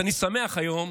אז אני שמח היום